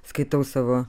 skaitau savo